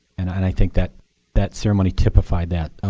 and i think that that ceremony typified that,